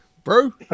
bro